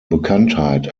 bekanntheit